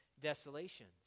desolations